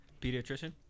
pediatrician